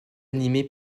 animée